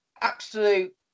absolute